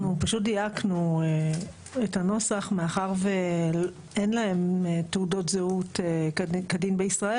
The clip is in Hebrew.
אנחנו פשוט דייקנו את הנוסח מאחר ואין להם תעודות זהות כדין בישראל.